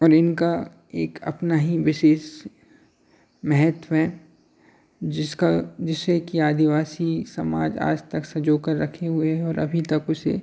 और इनका एक अपना ही विशेष महत्व है जिसका जिससे कि आदिवासी समाज आज तक संजोकर रखे हुए है और अभी तक उसे